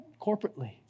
corporately